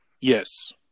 Yes